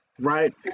right